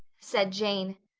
said jane.